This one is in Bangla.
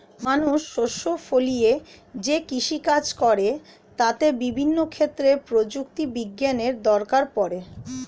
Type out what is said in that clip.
মানুষ শস্য ফলিয়ে যেই কৃষি কাজ করে তাতে বিভিন্ন ক্ষেত্রে প্রযুক্তি বিজ্ঞানের দরকার পড়ে